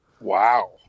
Wow